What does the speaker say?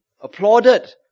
applauded